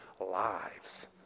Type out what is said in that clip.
lives